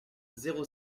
zéro